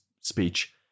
speech